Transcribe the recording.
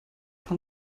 von